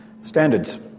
Standards